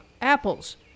apples